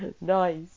nice